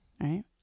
Right